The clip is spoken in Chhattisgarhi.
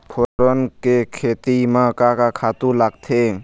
फोरन के खेती म का का खातू लागथे?